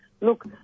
look